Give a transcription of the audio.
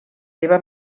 seva